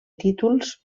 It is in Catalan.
títols